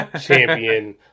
champion